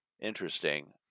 Interesting